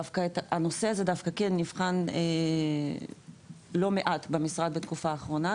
דווקא הנושא הזה כן נבחן לא מעט במשרד בתקופה האחרונה,